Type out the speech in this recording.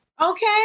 Okay